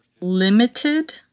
Limited